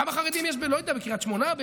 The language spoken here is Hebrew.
כמה חרדים יש, לא יודע, בקריית שמונה?